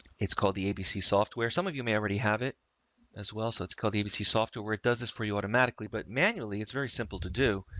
it's called the abc software. some of you may already have it as well. so it's called the abc software. it does this for you automatically, but manually. it's very simple to do,